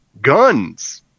Guns